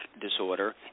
disorder